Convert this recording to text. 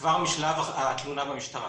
כבר משלב התלונה במשטרה.